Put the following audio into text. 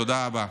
תודה רבה.